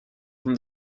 from